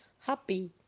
happy